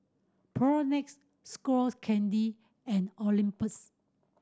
Propnex Skull Candy and Olympus